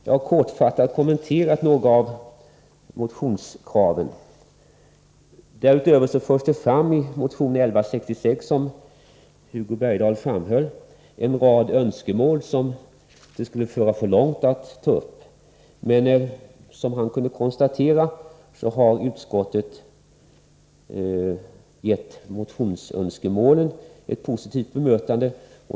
Jag har nu kortfattat kommenterat några av motionskraven. Därutöver förs, som Hugo Bergdahl nämnde, i motion nr 1166 fram en rad önskemål, som det skulle föra för långt att ta upp. Som Hugo Bergdahl kunde konstatera har utskottet gett motionens önskemål ett positivt bemötande.